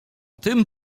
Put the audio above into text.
tym